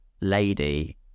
lady